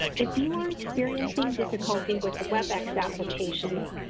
if you are experiencing difficulty with the webex application,